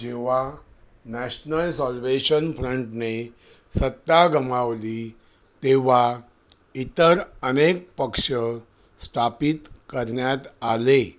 जेव्हा national salvation फ्रंटने सत्ता गमावली तेव्हा इतर अनेक पक्ष स्थापित करण्यात आले